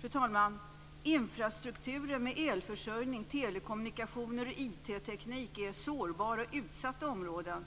Fru talman! Infrastrukturen i form av elförsörjning, telekommunikationer och IT-teknik består av sårbara och utsatta områden.